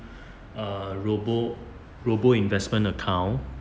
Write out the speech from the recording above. uh robo robo investment account